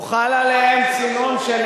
הוחל עליהם צינון של